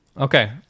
Okay